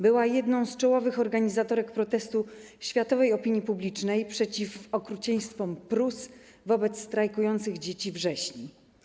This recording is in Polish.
Była jedną z czołowych organizatorek protestu światowej opinii publicznej przeciw okrucieństwom Prus wobec strajkujących dzieci z Wrześni.